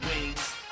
wings